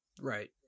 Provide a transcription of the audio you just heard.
right